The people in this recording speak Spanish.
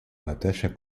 batalla